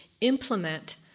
implement